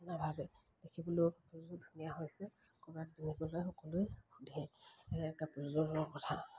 নাভাবে দেখিবলৈও কাপোৰযোৰ ধুনীয়া হৈছে ক'ৰবাত পিন্ধি গ'লে সকলোৱে সোধে কাপোৰযোৰৰ কথা